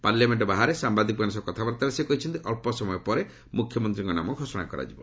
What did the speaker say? ପାର୍ଲାମେଙ୍କ ବାହାରେ ସାମ୍ବାଦିକମାନଙ୍କ ସହ କଥାବାର୍ତ୍ତାବେଳେ ସେ କହିଛନ୍ତି ଅଳ୍ପସମୟ ପରେ ମୁଖ୍ୟମନ୍ତ୍ରୀମାନଙ୍କ ନାମ ଘୋଷଣା କରାଯିବ